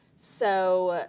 so